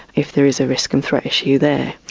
if there is a risk and threat issue there.